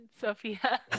Sophia